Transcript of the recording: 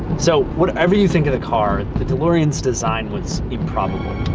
so, whatever you think of the car, and the delorean's design was improbable.